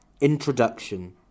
Introduction